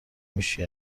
میشی